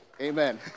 Amen